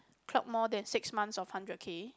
clock more than six months of hundred K